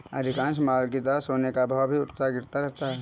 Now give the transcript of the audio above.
अधिकांश माल की तरह सोने का भाव भी उठता गिरता रहता है